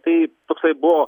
tai toksai buvo